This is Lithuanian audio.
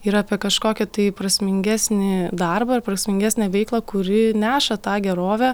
ir apie kažkokį tai prasmingesnį darbą ar prasmingesnę veiklą kuri neša tą gerovę